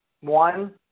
one